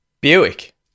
Buick